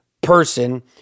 Person